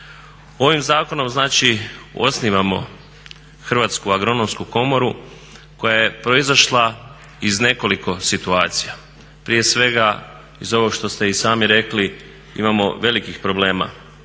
Ovim zakonom znači osnivamo Hrvatsku agronomsku komoru koja je proizašla iz nekoliko situacija. Prije svega … što ste i sami rekli imamo velikih problema